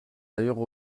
d’ailleurs